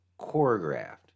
choreographed